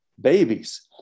babies